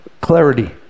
clarity